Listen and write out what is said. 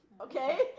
Okay